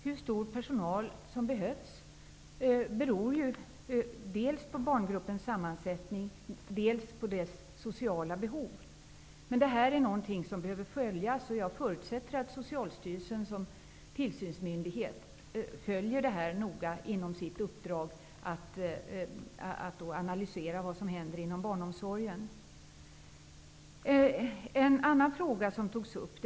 Hur stor personalstyrka som behövs beror dels på barngruppens sammansättning, dels på dess sociala behov. Men det här behöver följas upp och jag förutsätter att Socialstyrelsen, såsom tillsynsmyndighet inom sitt uppdrag följer detta och analyserar vad som händer inom barnomsorgen. Dagistaxorna togs också upp.